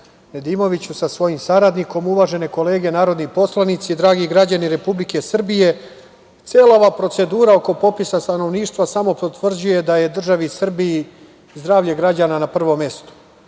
Nedimoviću, sa svojim saradnikom, uvažene kolege narodni poslanici, dragi građani Republike Srbije, cela ova procedura oko popisa stanovništva samo potvrđuje da je državi Srbiji zdravlje građana na prvom mestu.